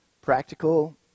practical